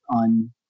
on